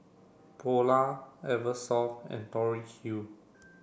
Polar Eversoft and Tori Q